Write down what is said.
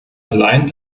allein